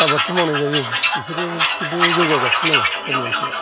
आबादखौ मावनाय जायो बिसोरो खिन्थु जौगागासिनो दङ गामि ओनसोलाव